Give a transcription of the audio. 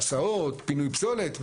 הסעות, פינוי פסולת.